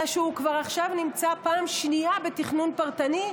אלא שכבר עכשיו הוא נמצא פעם שנייה בתכנון פרטני,